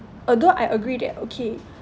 although I agree that okay